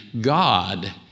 God